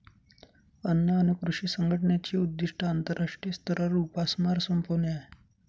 अन्न आणि कृषी संघटनेचे उद्दिष्ट आंतरराष्ट्रीय स्तरावर उपासमार संपवणे आहे